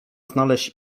znaleźć